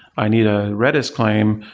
i need a redis claim,